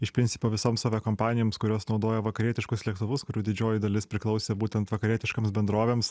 iš principo visoms avia kompanijoms kurios naudoja vakarietiškus lėktuvus kurių didžioji dalis priklausė būtent vakarietiškoms bendrovėms